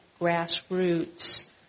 grassroots